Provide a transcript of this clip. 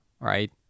right